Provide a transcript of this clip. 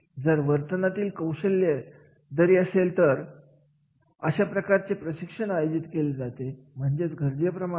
तर या सगळ्यासाठी कार्याचे मूल्यमापन करणे हा एक हे सगळे समजून घेण्याचा यशाचा मार्ग आहे